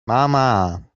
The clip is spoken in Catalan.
mama